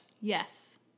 Yes